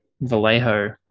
Vallejo